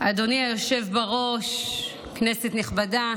אדוני היושב-ראש, כנסת נכבדה,